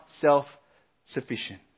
self-sufficient